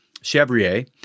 Chevrier